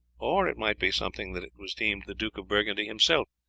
or it might be something that it was deemed the duke of burgundy himself,